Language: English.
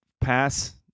Pass